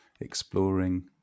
exploring